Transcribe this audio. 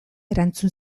erantzun